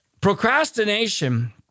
procrastination